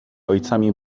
ojcami